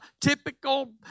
typical